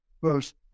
first